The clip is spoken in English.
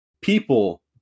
people